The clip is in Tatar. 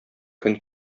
көн